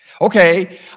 Okay